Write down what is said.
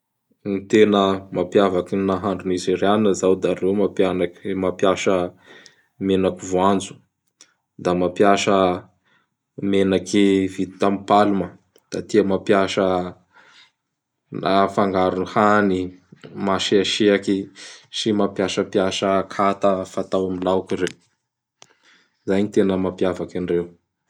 Gny tena mampiavaky gny nahandro Nizerianina zao da reo mapianak mampiasa menaky voanjo. Da mampiasa meanky vita am Palma. Da tia mampiasa a fangaro hany masiasiaky sy mampiasapiasa akata fatao am laoky reo. Zay gny tena mapiavaky andreo.